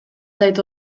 zait